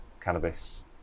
cannabis